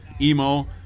Emo